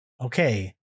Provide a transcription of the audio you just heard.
Okay